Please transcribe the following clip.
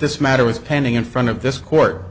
this matter was pending in front of this court